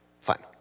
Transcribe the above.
Fine